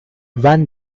van